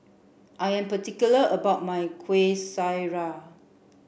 I am particular about my Kueh Syara